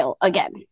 again